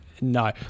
No